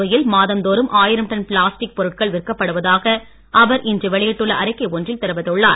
புதுவையில் மாதந்தோறும் ஆயிரம் டன் பிளாஸ்டிக் பொருட்கள் விற்கப்படுவதாக அவர் இன்று வெளியிட்டுள்ள அறிக்கை ஒன்றில் தெரிவித்துள்ளார்